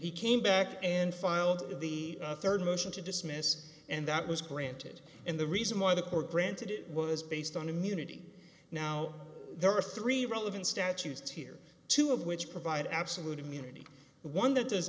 he came back and filed the rd motion to dismiss and that was granted and the reason why the court granted it was based on immunity now there are three relevant statutes here two of which provide absolute immunity but one that does